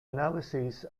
analyses